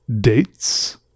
Dates